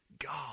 God